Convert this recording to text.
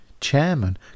chairman